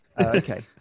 Okay